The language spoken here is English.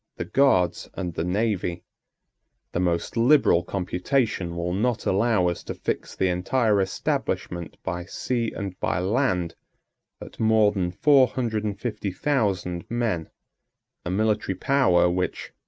the guards, and the navy the most liberal computation will not allow us to fix the entire establishment by sea and by land at more than four hundred and fifty thousand men a military power, which,